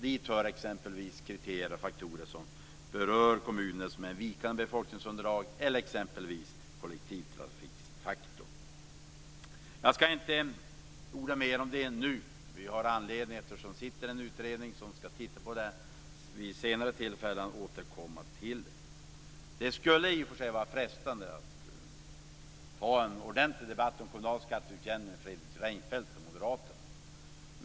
Dit hör exempelvis kriterier och faktorer som vikande befolkningsunderlag eller kollektivtrafiken. Jag skall inte orda mer om detta nu. Det finns en utredning som ser över dessa frågor. Vi har anledning att återkomma vid ett senare tillfälle. Det är frestande att ta en ordentlig debatt om kommunal skatteutjämning med Fredrik Reinfeldt och Moderaterna.